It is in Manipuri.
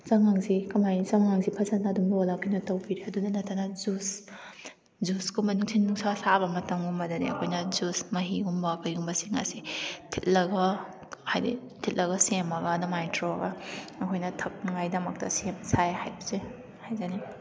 ꯆꯉꯥꯡꯁꯤ ꯀꯃꯥꯏꯅ ꯆꯥꯉꯥꯡꯁꯤ ꯐꯖꯅ ꯑꯗꯨꯝ ꯂꯣꯜꯂꯒ ꯑꯩꯈꯣꯏꯅ ꯇꯧꯕꯤꯔꯦ ꯑꯗꯨꯇ ꯅꯠꯇꯅ ꯖꯨꯁ ꯖꯨꯁꯀꯨꯝꯕ ꯅꯨꯡꯊꯤꯟ ꯅꯨꯡꯁꯥ ꯁꯥꯕ ꯃꯇꯝꯒꯨꯝꯕꯗꯗꯤ ꯑꯩꯈꯣꯏꯅ ꯖꯨꯁ ꯃꯍꯤꯒꯨꯝꯕ ꯀꯩꯒꯨꯝꯕꯁꯤꯡ ꯑꯁꯦ ꯊꯤꯠꯂꯒ ꯍꯥꯏꯗꯤ ꯊꯤꯠꯂꯒ ꯁꯦꯝꯃꯒ ꯑꯗꯨꯃꯥꯏ ꯇꯧꯔꯒ ꯑꯩꯈꯣꯏꯅ ꯊꯛꯅꯉꯥꯏꯗꯃꯛꯇ ꯁꯦꯝ ꯁꯥꯏ ꯍꯥꯏꯕꯁꯦ ꯍꯥꯏꯖꯅꯤꯡꯉꯤ